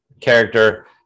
character